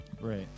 Right